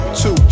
two